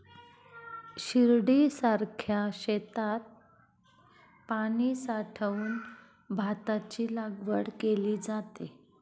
शिर्डीसारख्या शेतात पाणी साठवून भाताची लागवड केली जाते